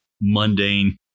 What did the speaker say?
mundane